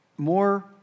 more